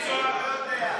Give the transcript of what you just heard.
מיקי זוהר לא יודע.